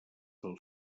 del